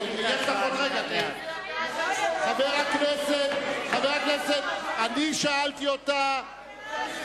חברי הכנסת, אני שאלתי אותה,